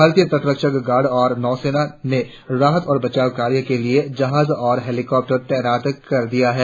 भारतीय तटरक्षक गार्ड और नौसेना ने राहत और बचाव कार्य के लिए जहाज और हेलीकॉप्टर तैनात कर दिए हैं